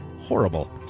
horrible